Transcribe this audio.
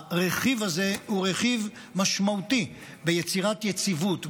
הרכיב הזה הוא רכיב משמעותי ביצירת יציבות,